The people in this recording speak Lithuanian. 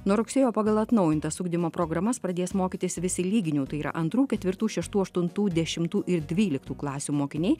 nuo rugsėjo pagal atnaujintas ugdymo programas pradės mokytis visi lyginių tai yra antrų ketvirtų šeštų aštuntų dešimtų ir dvyliktų klasių mokiniai